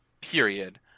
period